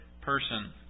person